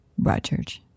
Broadchurch